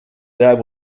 there